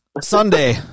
Sunday